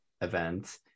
event